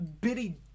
bitty